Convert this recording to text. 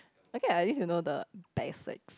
okay ah at least you know the basic